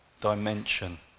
dimension